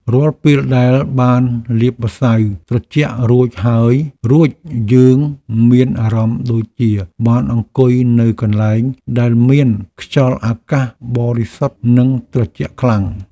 រាល់ពេលដែលបានលាបម្សៅត្រជាក់រួចយើងមានអារម្មណ៍ដូចជាបានអង្គុយនៅកន្លែងដែលមានខ្យល់អាកាសបរិសុទ្ធនិងត្រជាក់ខ្លាំង។